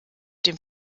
dem